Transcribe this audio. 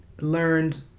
learned